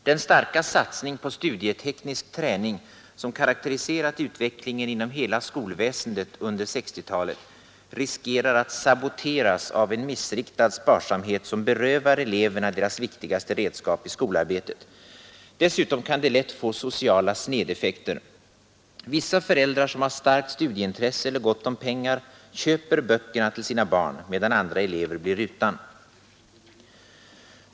Den starka satsning på studieteknisk träning, som karakteriserat utvecklingen inom hela skolväsendet under 1960-talet, riskerar att saboteras av en missriktad sparsamhet som berövar eleverna deras viktigaste redskap i skolarbetet. Dessutom kan det lätt få sociala snedeffekter: vissa föräldrar, som har starkt studieintresse eller gott om pengar, köper böckerna till sina barn, medan andra elever blir utan.